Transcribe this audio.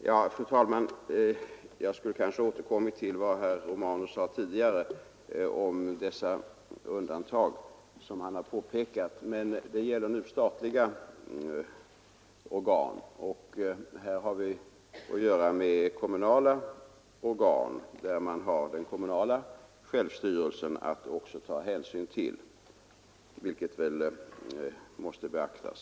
Fru talman! Jag skulle kanske ha återkommit tidigare till vad herr Romanus sade om de undantag som han har påpekat. Men det gäller nu statliga organ och här har vi att göra med kommunala organ, där man har den kommunala självstyrelsen att också ta hänsyn till, vilket väl måste beaktas.